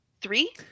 three